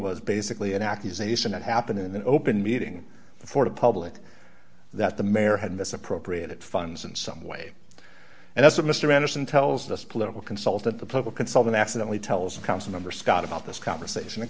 was basically an accusation that happen in an open meeting for the public that the mayor had misappropriated funds in some way and that's what mr anderson tells us political consultant the public can solve an accident he tells a council member scott about this conversation